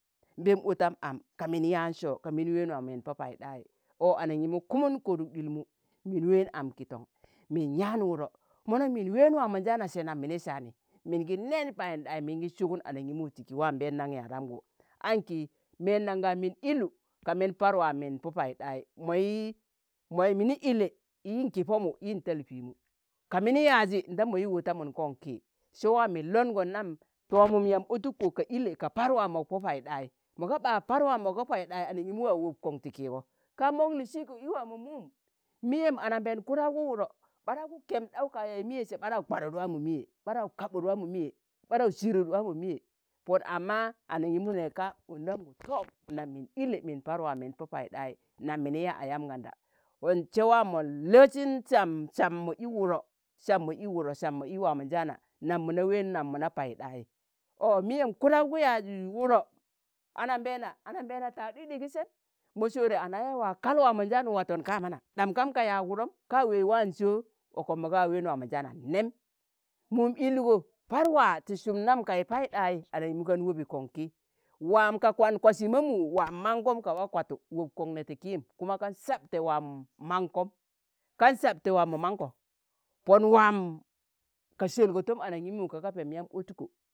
n'Pẹẹm ọtam am ka min yaan Sọo, ka min ween waam min Pọ Paiɗai. ọ anaṇgimu Kụmụn koduk ɗilmu, min ween am kiton, mim yaan wụdọ, mọ nooṇ min ween waamonjaana sẹ nam mini saani min gi nẹẹn Payinɗai, min gi sụgụn anang̣ium tiki waam mbẹẹndam yadamgụ, aṇki mẹndam ga min ịllụ ka min, par waa min Pọ Paiɗai. mọyi- mọi mini illẹ yin ki Pọmụ, yin talpimu ka mini yaaazi ndam mọi ọtamụn koṇ ki. se waa min lọngọn nam tọọmum yam otuko ka ịllẹ ka Par waa mok Pọ paiɗai mọ ga ɓa Par waam mọga Paiɗa, anaṇgimu waa wop kọṇ ti kiigọ ka mọk lii si'ko i waa mọ mum, miyem ananbẹẹn kụdaụgụ wụdọ, ɓadaụgụ kẹmɗaụ ka yai miye sẹ ɓadaụ kwadụn waa mọ miye ɓadau ka waa mọ miye, ɓadaụ sirud waa mọ miye, Pọn amma anaṇium nẹẹg kaa ọndamgu tọọm, nam min illẹ min Par waa min Pọ Paiɗai. nam mini ya ayam ganda Pọn sẹwaam mọn losin Sam- sam mo ̣i wụdọ sam mo i wụdọ sam mọ i waamọnjaana nam mọ na ween nam mọ na paiɗai ọ miyem kụdaụgụ yajj wụdọ anambẹẹna, anambẹẹna taag ɗikɗigi sẹm, mọ soore anawai waa kal waamọnjaan, wu watọn kamana ɗam kam ka yaag wụdọm ka weej waan so? ọkọm mọ ka wa ween waamọnjaana nem. mum ilgo par wa, ti sum nam ka yi paiɗai, anaṇgimu kan wobi kọṇ ki waam ka kwan kwasi ma mu waam mankọm. ka waa kwatụ wop kọṇ nẹ ti kiim, kuma kan sabtẹ waam mankọm kan sabtẹ waa mọ mankọ, Pọn waam ka Selgo tọm anaṇgimu ka ga Pẹẹm yamb otuko